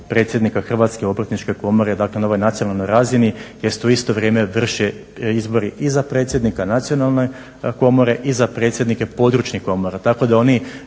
Hrvatske obrtničke komore, dakle na ovoj nacionalnoj razini jer se u isto vrijeme vrše izbori i za predsjednika nacionalne komore i za predsjednike područnih komora. Tako da oni